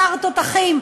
בשר תותחים,